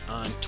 on